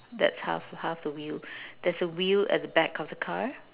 that's half half of the wheel there's a wheel at the back of the car